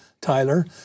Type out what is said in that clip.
Tyler